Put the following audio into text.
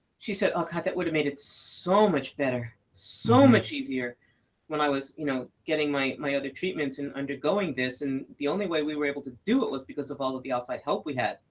she said oh god, that would have made it so much better, so much easier when i was you know getting my my other treatments and undergoing this. and the only way we were able to do it was because of all of the outside help we had.